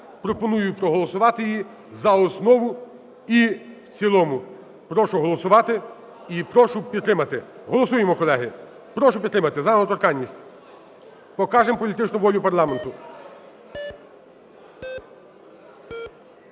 пропоную проголосувати її за основу і в цілому. Прошу голосувати і прошу підтримати. Голосуємо колеги. Прошу підтримати за недоторканність, покажемо політичну волю парламенту.